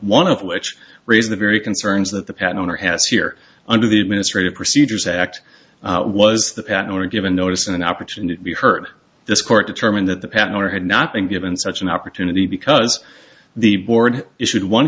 one of which raised the very concerns that the path owner has here under the administrative procedures act was the patent given notice an opportunity to be heard this court determined that the pattern owner had not been given such an opportunity because the board issued one